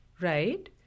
Right